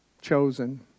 chosen